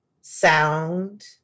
sound